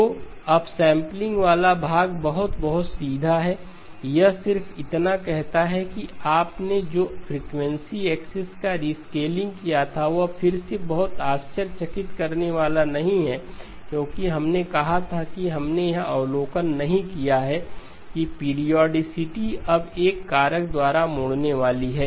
तो अपसैंपिंग वाला भाग बहुत बहुत सीधा है यह सिर्फ इतना कहता है कि आपने जो फ्रीक्वेंसी एक्सिस का रीस्केलिंग किया था वह फिर से बहुत आश्चर्यचकित करने वाला नहीं है क्योंकि हमने कहा था कि हमने यह अवलोकन नहीं किया है कि पीरियोडीसिटी अब एक कारक द्वारा मोड़ने वाली है